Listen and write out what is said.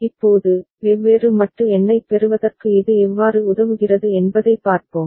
இப்போது வெவ்வேறு மட்டு எண்ணைப் பெறுவதற்கு இது எவ்வாறு உதவுகிறது என்பதைப் பார்ப்போம்